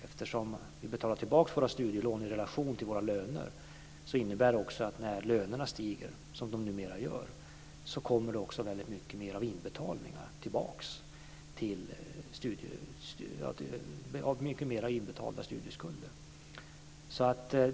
Eftersom vi betalar tillbaka våra studielån i relation till våra löner, innebär det också att när löner stiger, som de numera gör, kommer också väldigt många fler inbetalda studieskulder tillbaka.